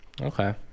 Okay